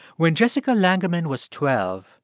when jessica langman was twelve,